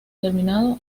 terminado